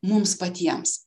mums patiems